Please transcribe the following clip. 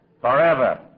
forever